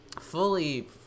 fully